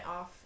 off